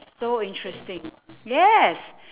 so interesting yes